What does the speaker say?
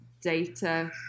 data